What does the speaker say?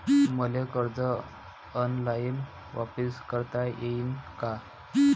मले कर्ज ऑनलाईन वापिस करता येईन का?